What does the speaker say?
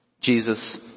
Jesus